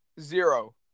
Zero